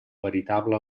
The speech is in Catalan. veritable